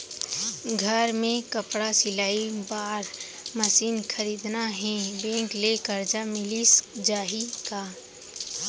घर मे कपड़ा सिलाई बार मशीन खरीदना हे बैंक ले करजा मिलिस जाही का?